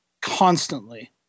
constantly